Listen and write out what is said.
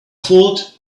fault